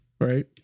right